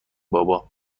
بابا